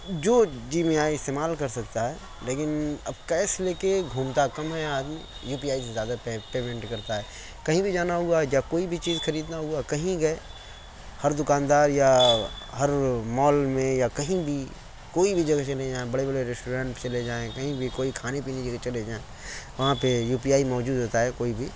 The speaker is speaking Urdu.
جو جی میں آئے استعمال کر سکتا ہے لیکن اب کیش لے کے گھومتا کم ہے آدمی یو پی آئی سے زیادہ پے پیمینٹ کرتا ہے کہیں بھی جانا ہوا یا کوئی بھی چیز خریدنا ہوا کہیں گئے ہر دوکاندار یا ہر مال میں یا کہیں بھی کوئی بھی جگہ چلے جائیں بڑے بڑے ریسٹورینٹ چلے جائیں کہیں بھی کوئی کھانے پینے کے لیے چلے جائیں وہاں پہ یو پی آئی موجود ہوتا ہے کوئی بھی